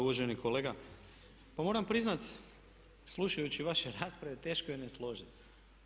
Uvaženi kolega, pa moram priznat slušajući vaše rasprave, teško je ne složit se.